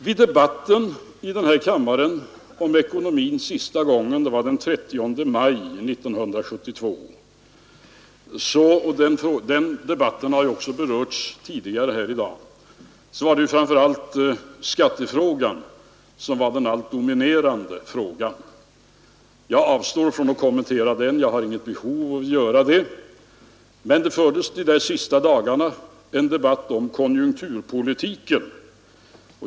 Vid debatten här i kammaren den 30 maj i år om ekonomin — den debatten har också berörts tidigare här i dag — var skatterna den allt dominerande frågan. Jag avstår från att kommentera detta — jag har inget behov av att göra det — men det fördes under vårriksdagens sista dagar en debatt också om konjunkturpolitiken.